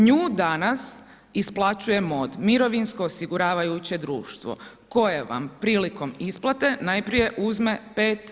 Nju danas isplaćuje MOD – Mirovinsko osiguravajuće društvo koje vam prilikom isplate najprije uzme 5%